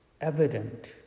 evident